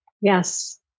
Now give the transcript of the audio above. Yes